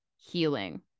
healing